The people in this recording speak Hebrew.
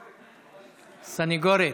סנגורית.